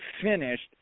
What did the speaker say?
finished